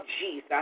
Jesus